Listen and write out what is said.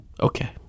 Okay